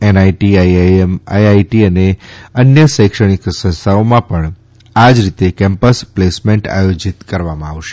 NIT IIM IIT અને શૈક્ષણિક સંસ્થાઓમાં ૈ ણ આજ રીતે કેમા સ પ્લેસમેન્ટ આયોજિત કરવામાં આવશે